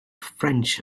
french